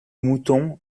mouton